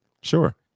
Sure